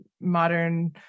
modern